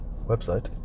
website